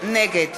נגד